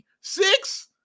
six